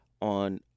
on